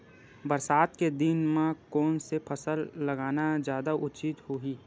बरसात के दिन म कोन से फसल लगाना जादा उचित होही?